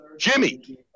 Jimmy